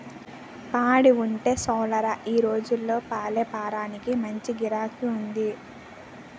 పాడి ఉంటే సాలురా ఈ రోజుల్లో పాలేపారానికి మంచి గిరాకీ ఉంది